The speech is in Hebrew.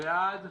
מי בעד?